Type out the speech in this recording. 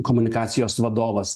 komunikacijos vadovas